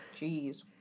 Jeez